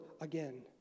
again